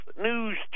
News